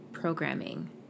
programming